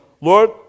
Lord